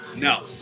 No